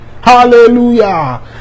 Hallelujah